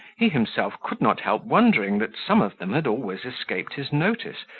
he himself could not help wondering that some of them had always escaped his notice,